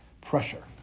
pressure